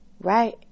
Right